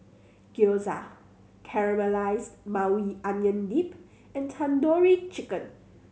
Gyoza Caramelized Maui Onion Dip and Tandoori Chicken